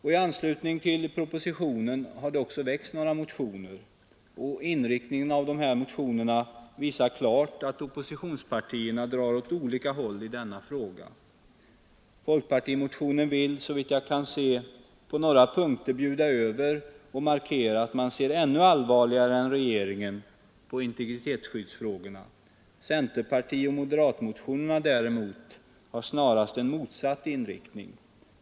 I anslutning till propositionen har också väckts några motioner. Inriktningen av dessa visar klart att oppositionspartierna drar åt olika håll i denna fråga. Folkpartimotionen vill, såvitt jag kan se, på några punkter bjuda över och markera att man ser ännu allvarligare än regeringen på integritetsskyddsfrågorna. Centerpartioch moderatmotionerna däremot har snarast en motsatt inriktning.